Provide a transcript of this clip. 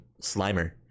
Slimer